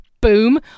boom